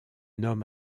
nomme